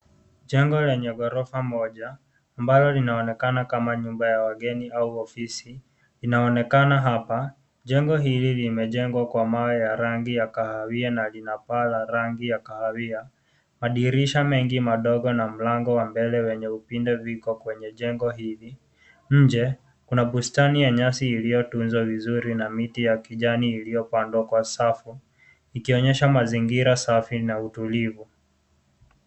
Jengo lenye ghorofa moja, ambalo linaonekana kama nyumba ya wageni au ofisi, inaonekana hapa. Jengo hili limejengwa kwa mawe ya rangi ya kahawia na lina paa la rangi ya kahawia. Madirisha mengi madogo na mlango wa mbele wenye upinde viko kwenye jengo hili. Nje, kuna bustani ya nyasi iliyotunzwa vizuri na miti ya kijani iliyopandwa kwa safu, ikionyesha mazingira safi na utulivu.